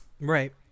Right